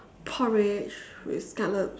porridge with scallop